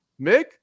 Mick